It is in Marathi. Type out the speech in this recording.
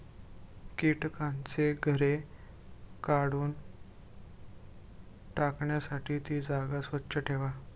कीटकांची घरे काढून टाकण्यासाठी ती जागा स्वच्छ ठेवा